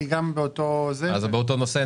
אני גם באותו --- באותו נושא,